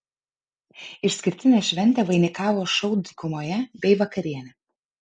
išskirtinę šventę vainikavo šou dykumoje bei vakarienė